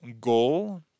goal